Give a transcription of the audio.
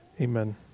Amen